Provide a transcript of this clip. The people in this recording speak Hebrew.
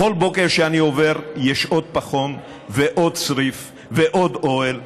בכל בוקר כשאני עובר יש עוד פחון ועוד צריף ועוד אוהל.